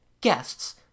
Guests